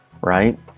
right